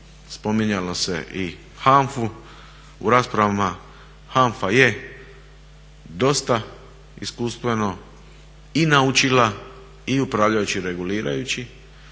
spominjalo se i HANFA-u u rasprava, HANFA je dosta iskustveno naučila i upravljajući i regulirajući.